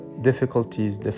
difficulties